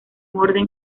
orden